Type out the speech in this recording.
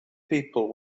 people